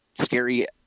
scary